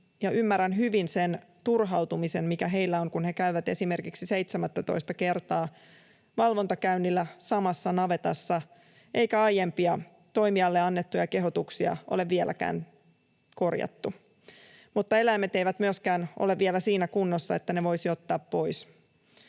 ymmärrän hyvin sen turhautumisen, mikä heillä on, kun he käyvät esimerkiksi 17:ttä kertaa valvontakäynnillä samassa navetassa eikä aiempia toimijalle annettuja kehotuksia ole vieläkään korjattu, mutta eläimet eivät myöskään ole vielä siinä kunnossa, että ne voisi ottaa pois.